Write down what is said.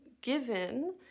given